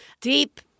deep